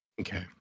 okay